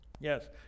Yes